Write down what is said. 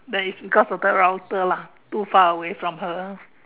that is because of the router lah too far away from her